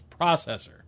processor